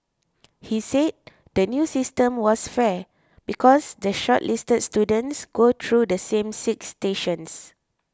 he said the new system was fair because the shortlisted students go through the same six stations